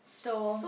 so